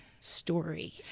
story